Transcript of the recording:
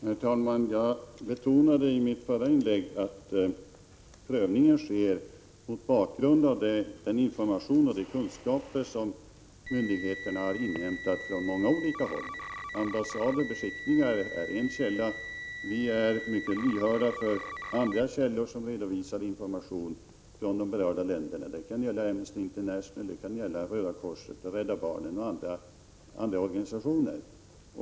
Herr talman! Jag betonade i mitt förra inlägg att prövningen sker mot bakgrund av den information och de kunskaper som myndigheterna inhämtat från många olika håll. Ambassader och beskickningar är en källa — vi är mycket lyhörda för andra källor som redovisar information från de berörda länderna. Det kan vara Amnesty International, det kan vara Röda korset, Rädda barnen och andra organisationer.